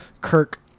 Kirk